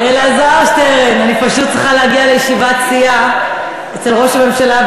אני פשוט צריכה להגיע לישיבת סיעה אצל ראש הממשלה,